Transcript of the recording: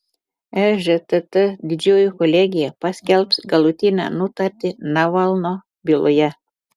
ežtt didžioji kolegija paskelbs galutinę nutartį navalno byloje